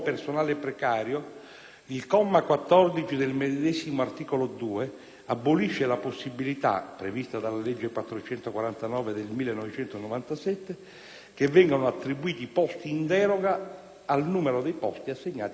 il comma 414 del medesimo articolo 2 abolisce la possibilità, prevista dalla legge n. 449 del 1997, che vengano attribuiti posti in deroga al numero di posti assegnato a ciascuna Regione.